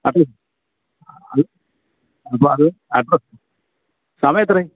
ഇപ്പോൾ അത് അഡ്രെസ്സ് സമയം എത്രയായി